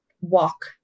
walk